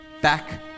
back